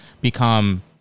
become